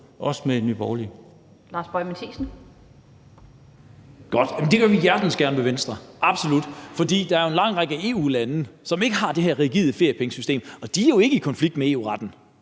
Lars Boje Mathiesen (NB): Godt, og det gør vi hjertens gerne med Venstre, absolut. For der er jo en lang række EU-lande, som ikke har det her rigide feriepengesystem, og de er ikke i konflikt med EU-retten.